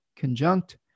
conjunct